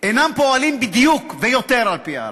אינם פועלים בדיוק, ויותר, על-פי ההלכה.